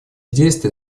действия